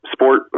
Sport